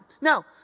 Now